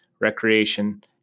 recreation